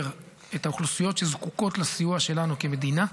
את האוכלוסיות שזקוקות לסיוע שלנו כמדינה,